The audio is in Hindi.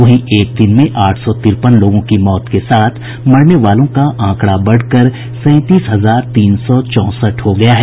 वहीं एक दिन में आठ सौ तिरपन लोगों की मौत के साथ मरने वालों का आंकड़ा बढ़कर सैंतीस हजार तीन सौ चौंसठ हो गया है